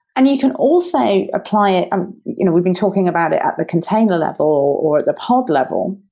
and you can also apply it um you know we've been talking about it at the container level or the pub level.